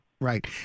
Right